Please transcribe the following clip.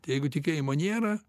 tai jeigu tikėjimo nėra